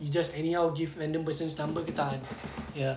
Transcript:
you just anyhow give random person's number ke tak kan ya